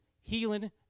healing